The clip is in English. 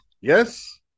Yes